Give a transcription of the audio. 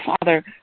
Father